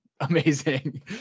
amazing